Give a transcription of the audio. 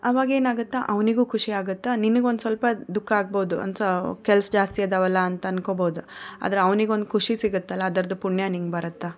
ಅವಾಗ ಏನು ಆಗುತ್ತಾ ಅವನಿಗೂ ಖುಷಿ ಆಗುತ್ತಾ ನಿನಗೆ ಒಂದು ಸ್ವಲ್ಪ ದುಃಖ ಆಗ್ಬೋದು ಕೆಲ್ಸ ಜಾಸ್ತಿ ಇದಾವಲ್ಲ ಅಂತ ಅಂದ್ಕೊಳ್ಬೋದು ಆದ್ರೆ ಅವನಿಗೊಂದು ಖುಷಿ ಸಿಗುತ್ತಲ್ಲ ಅದರದ್ದು ಪುಣ್ಯ ನಿಂಗೆ ಬರುತ್ತಾ